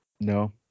no